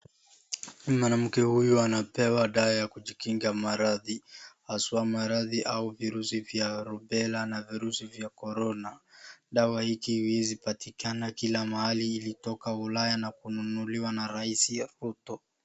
Mwanamke huyu anapewa dawa ya kujikinga maradhi haswa maradhi au virusi vya Rubela na virusi vya Corona. Dawa hii haiwezi kupatikana kila mahali ilitoka Ulaya na kununuliwa na Rais Ruto.